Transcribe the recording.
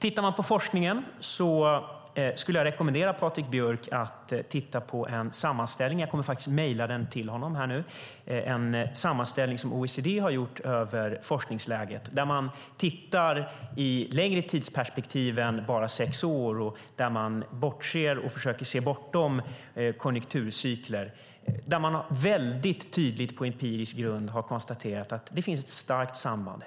Jag rekommenderar Patrik Björck att titta på en sammanställning som OECD har gjort över forskningsläget. Jag kommer att mejla den till Patrik. Man tittar på ett längre tidsperspektiv än sex år och man försöker se bortom konjunkturcykler. Man konstaterar väldigt tydligt på empirisk grund att det finns ett starkt samband.